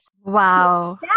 Wow